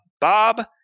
bob